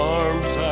arms